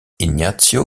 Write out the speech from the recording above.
ignacio